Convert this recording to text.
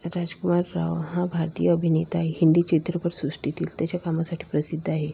राजकुमार राव हा भारतीय अभिनेता हे हिंदी चित्रपट सृष्टीतील त्याच्या कामासाठी प्रसिद्ध आहे